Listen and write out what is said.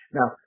Now